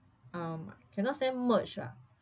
um cannot say merge ah